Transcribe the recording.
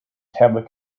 tablet